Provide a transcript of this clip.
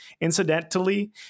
Incidentally